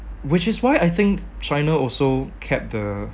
which is why I think China also kept the